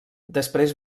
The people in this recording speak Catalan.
després